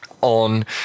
on